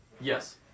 Yes